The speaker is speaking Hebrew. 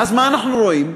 ואז, מה אנחנו רואים?